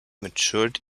matured